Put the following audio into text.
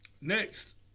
Next